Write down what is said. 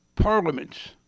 parliaments